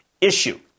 issue